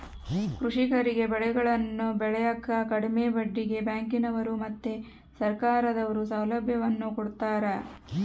ಕೃಷಿಕರಿಗೆ ಬೆಳೆಗಳನ್ನು ಬೆಳೆಕ ಕಡಿಮೆ ಬಡ್ಡಿಗೆ ಬ್ಯಾಂಕಿನವರು ಮತ್ತೆ ಸರ್ಕಾರದವರು ಸೌಲಭ್ಯವನ್ನು ಕೊಡ್ತಾರ